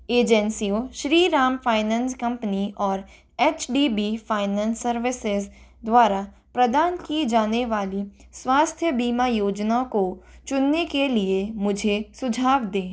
एजेंसियों Shriram finance company और H D B finance services द्वारा प्रदान की जाने वाली स्वास्थ्य बीमा योजना को चुनने के लिए मुझे सुझाव दें